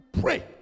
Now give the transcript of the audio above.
pray